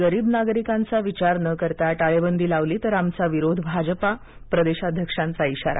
गरीब नागरिकांचा विचार न करता टाळेबंदी लावली तर आमचा विरोध भाजपा प्रदेशाध्यक्षांचा इशारा